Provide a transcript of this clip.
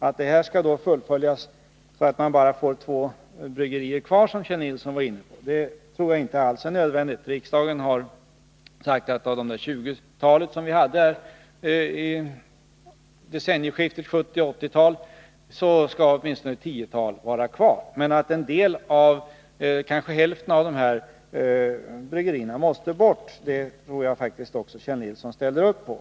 Att det här skulle fullföljas så att man bara får två bryggerier kvar, som Kjell Nilsson var inne på, tror jag inte alls är nödvändigt. Riksdagen har sagt att av det tjugotal bryggerier som vi hade i decennieskiftet mellan 1970-talet och 1980-talet så skall åtminstone ett tiotal vara kvar. Men att ett antal — kanske hälften — av dessa bryggerier måste bort tror jag också att Kjell Nilsson ställer upp bakom.